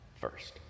first